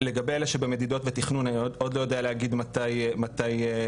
לגבי אלה שבמדידות ובתכנון אני עוד לא יודע להגיד מתי הביצוע.